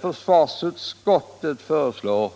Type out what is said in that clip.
Försvarsutskottet föreslår